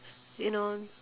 you know